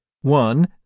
one